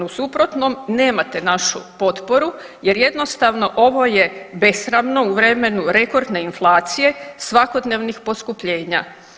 U suprotnom nemate našu potporu jer jednostavno ovo je besramno u vremenu rekordne inflacije svakodnevnih poskupljenja.